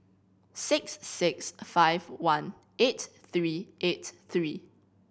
six six five one eight three eight three